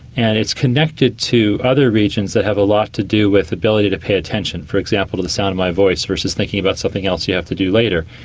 and it's connected to other regions that have a lot to do with ability to pay attention, for example to the sound of my voice versus thinking about something else you have to do later.